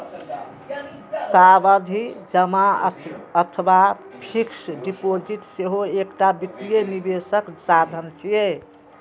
सावधि जमा अथवा फिक्स्ड डिपोजिट सेहो एकटा वित्तीय निवेशक साधन छियै